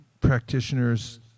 practitioners